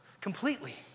completely